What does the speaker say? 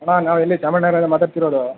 ಅಣ್ಣ ನಾವಿಲ್ಲಿ ಚಾಮಣ ನಗರದಿಂದ ಮಾತಾಡ್ತಿರೋದು